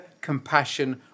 compassion